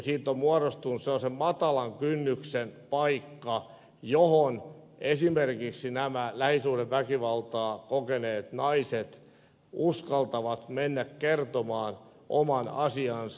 siitä on muodostunut sellaisen matalan kynnyksen paikka johon esimerkiksi nämä lähisuhdeväkivaltaa kokeneet naiset uskaltavat mennä kertomaan oman asiansa